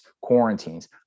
quarantines